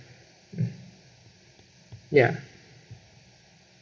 mm ya